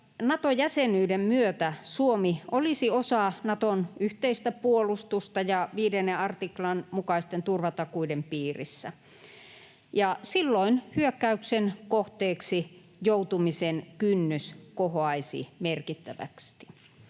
Nato-jäsenyyden myötä Suomi olisi osa Naton yhteistä puolustusta ja 5 artiklan mukaisten turvatakuiden piirissä, ja silloin hyökkäyksen kohteeksi joutumisen kynnys kohoaisi merkittävästi.